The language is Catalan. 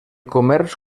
comerç